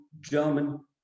German